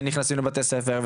הם נכנסים לבתי הספר,